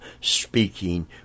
speaking